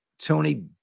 Tony